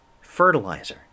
fertilizer